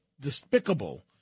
despicable